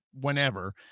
Whenever